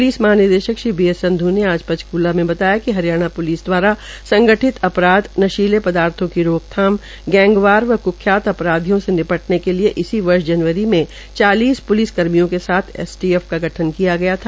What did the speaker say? police महानिदेशक B S Sandhu ने आज पंचक्ला में बताया कि हरियाणा प्लिस द्वारा संगठित अपराध नशीले पदार्थो की रोकथाम गैंगवार व कुख्यात अपराधियों निपटने के लिए इसी वर्ष जनवरी में चालीस पुलिस कर्मियों के साथ एसटीएफ की गठन किया गया था